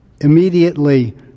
Immediately